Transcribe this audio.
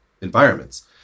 environments